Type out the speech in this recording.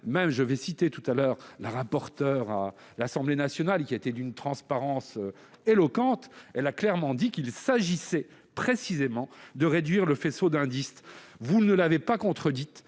Je citerai tout à l'heure la rapporteure du texte pour l'Assemblée nationale, qui a été d'une transparence éloquente. Elle a clairement dit qu'il s'agissait précisément de réduire le faisceau d'indices - vous ne l'avez pas contredite à